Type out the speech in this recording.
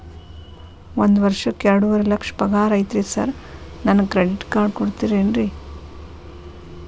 ಒಂದ್ ವರ್ಷಕ್ಕ ಎರಡುವರಿ ಲಕ್ಷ ಪಗಾರ ಐತ್ರಿ ಸಾರ್ ನನ್ಗ ಕ್ರೆಡಿಟ್ ಕಾರ್ಡ್ ಕೊಡ್ತೇರೆನ್ರಿ?